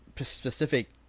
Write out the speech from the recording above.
specific